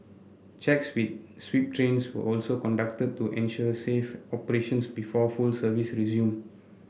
checks with sweep trains were also conducted to ensure safe operations before full service resumed